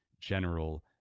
general